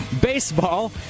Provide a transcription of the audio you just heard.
baseball